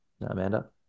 Amanda